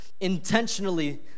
intentionally